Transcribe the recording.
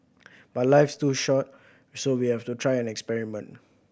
but life is too short so we have to try and experiment